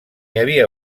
havia